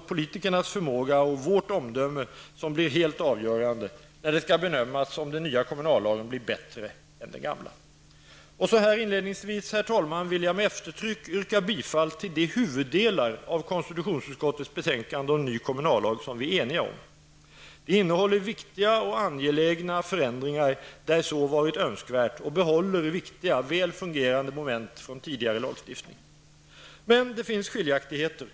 politikernas förmåga och politikernas omdöme som blir helt avgörande när det skall bedömas om denna nya kommunalag blev bättre än den gamla. Så här inledningsvis vill jag med eftertryck yrka bifall till de huvuddelar av konstitutionsutskottets betänkande om ny kommunallag som vi är eniga om. De innehåller viktiga och angelägna förändringar där så varit önskvärt och behåller viktiga, väl fungerande moment från tidigare kommunallagar. Men det finns skiljaktigheter.